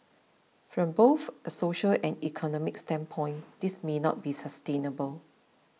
from both a social and economic standpoint this may not be sustainable